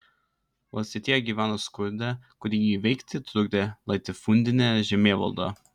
valstietija gyveno skurde kurį įveikti trukdė latifundinė žemėvalda